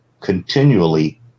continually